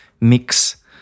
mix